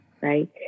right